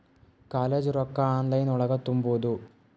College ರೊಕ್ಕ online ಒಳಗ ತುಂಬುದು?